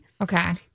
Okay